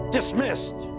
Dismissed